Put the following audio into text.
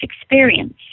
experience